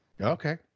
Okay